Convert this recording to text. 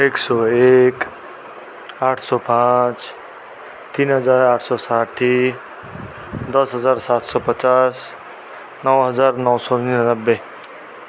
एक सय एक आठ सय पाँच तिन हजार आठ सय साठी दस हजार सात सय पचास नौ हजार नौ स निनानब्बे